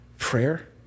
prayer